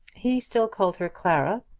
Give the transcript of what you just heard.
he still called her clara,